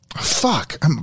Fuck